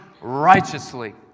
righteously